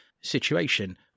situation